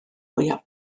mwyaf